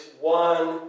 one